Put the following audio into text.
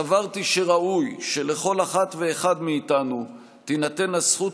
סברתי שראוי שלכל אחת ואחד מאיתנו יינתנו הזכות